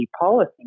policy